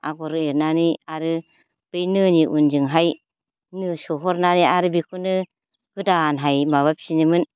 आगर एरनानै आरो बै नोनि उनजोंहाय नो सोहरनानै आरो बेखौनो गोदानहाय माबाफिनोमोन